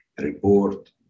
report